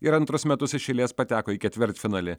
ir antrus metus iš eilės pateko į ketvirtfinalį